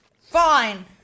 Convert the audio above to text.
Fine